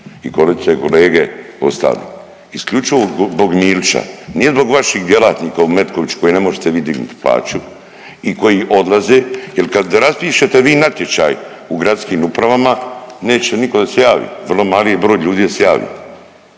i kolegice i kolege ostali isključivo zbog Milića. Nije zbog vaših djelatnika u Metkoviću kojima ne možete vi dignuti plaću i koji odlaze, jer kad raspišete vi natječaj u gradskim upravama neće nitko da se javi. Vrlo mali je broj ljudi da se javi.